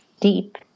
Deep